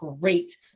great